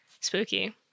Spooky